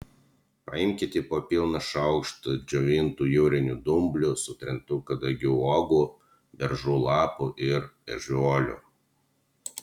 paimkite po pilną šaukštą džiovintų jūrinių dumblių sutrintų kadagių uogų beržų lapų ir ežiuolių